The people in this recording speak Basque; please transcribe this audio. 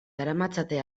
daramatzate